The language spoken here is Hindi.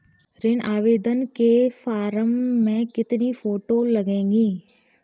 ऋण आवेदन के फॉर्म में कितनी फोटो लगेंगी?